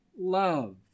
love